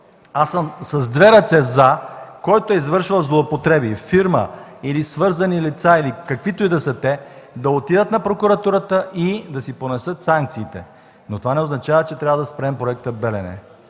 Аз съм с две ръце „за”. Който е извършил злоупотреби – фирма, или свързани лица, или каквито и да са те, да отидат на прокуратурата и да си понесат санкциите. Това не означава, че трябва да спрем проекта „Белене”.